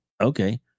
okay